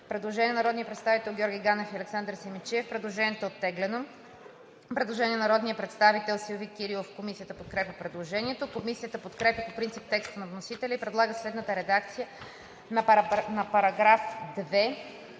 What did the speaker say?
Предложение на народния представител Георги Ганев и Александър Симидчиев. Предложението е оттеглено. Предложение на народния представител Силви Кирилов. Комисията подкрепя предложението. Комисията подкрепя по принцип текста на вносителя и предлага следната редакция на § 2,